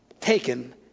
taken